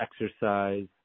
exercise